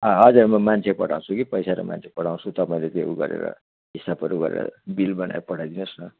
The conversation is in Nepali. हजुर म मान्छे पठाउँछु कि पैसा र मान्छे पठाउँछु तपाईँले त्यो ऊ गरेर हिसाबाहरू गरेर बिल बनाएर पठाइ दिनुहोस् न